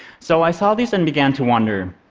so i saw this and began to wonder,